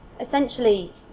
essentially